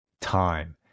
time